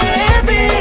baby